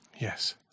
Yes